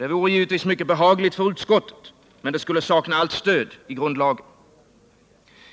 Det vore givetvis mycket behagligt för utskottet, men det skulle saknas stöd i grundlagen.